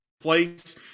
place